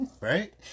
Right